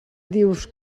dius